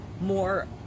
more